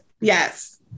Yes